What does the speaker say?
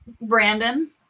Brandon